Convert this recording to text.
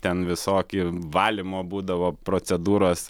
ten visoki valymo būdavo procedūros